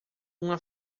uma